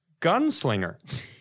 gunslinger